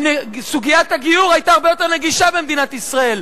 סוגיית הגיור היתה הרבה יותר נגישה במדינת ישראל.